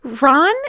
Ron